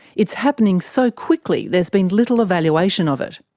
it's happening so quickly there's been little evaluation of it.